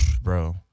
Bro